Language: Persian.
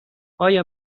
آیا